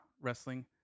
wrestling